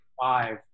five